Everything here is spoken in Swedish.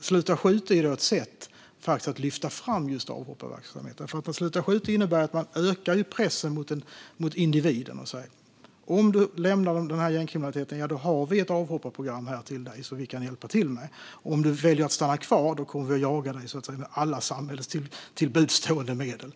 Sluta skjut är ett sätt att lyfta fram avhopparverksamheten, för det innebär att man ökar pressen på individen och säger: "Om du lämnar gängkriminaliteten har vi ett avhopparprogram till dig som vi kan hjälpa till med. Om du väljer att stanna kvar kommer vi att jaga dig med alla samhällets till buds stående medel."